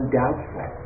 doubtful